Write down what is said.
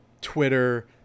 Twitter